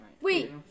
Wait